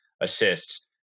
assists